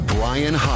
Brian